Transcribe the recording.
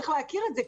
צריך להכיר את זה,